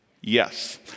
Yes